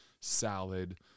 salad